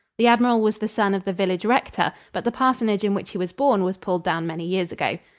the admiral was the son of the village rector, but the parsonage in which he was born was pulled down many years ago.